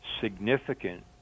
significant